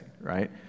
right